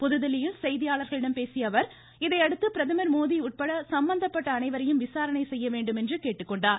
புதுதில்லியில் செய்தியாளர்களிடம் பேசிய அவர் இதையடுத்து பிரதமர் மோடி உட்பட சம்பந்தப்பட்ட அனைவரையும் விசாரணை செய்ய வேண்டும் என்று கேட்டுக்கொண்டார்